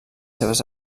seves